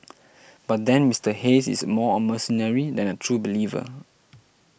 but then Mister Hayes is more a mercenary than a true believer